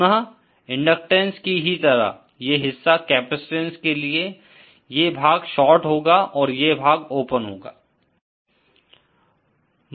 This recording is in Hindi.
पुनः इनडकटेंस कि ही तरह ये हिस्सा कैपैसिटंस के लिए ये भाग शार्ट होगा और ये भाग ओपन होगा